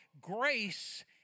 grace